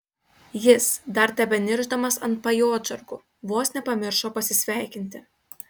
jis dar tebeniršdamas ant pajodžargų vos nepamiršo pasisveikinti